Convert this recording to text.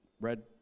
red